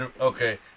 Okay